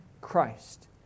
Christ